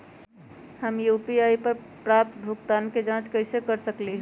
हम यू.पी.आई पर प्राप्त भुगतान के जाँच कैसे कर सकली ह?